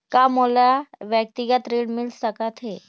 का मोला व्यक्तिगत ऋण मिल सकत हे?